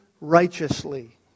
righteously